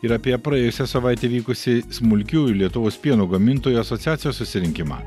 ir apie praėjusią savaitę vykusį smulkiųjų lietuvos pieno gamintojų asociacijos susirinkimą